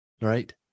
right